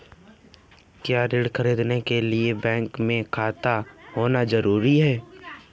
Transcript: क्या ऋण ख़रीदने के लिए बैंक में खाता होना जरूरी है?